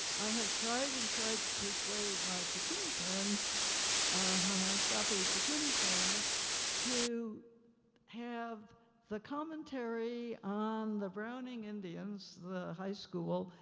i have tried and tried to persuade my pekuni friends hi-ah-scapi pekuni friends to have the commentary on the browning indian's the high school,